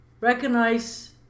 recognize